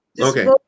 okay